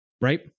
right